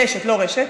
קשת, לא רשת.